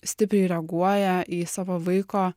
stipriai reaguoja į savo vaiko